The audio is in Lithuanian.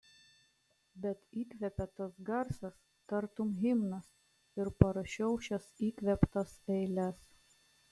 bet įkvėpė tas garsas tartum himnas ir parašiau šias įkvėptas eiles